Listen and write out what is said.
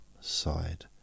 side